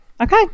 okay